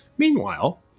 Meanwhile